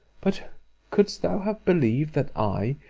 but couldst thou have believed that i,